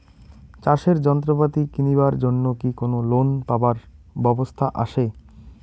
চাষের যন্ত্রপাতি কিনিবার জন্য কি কোনো লোন পাবার ব্যবস্থা আসে?